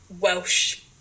welsh